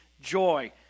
joy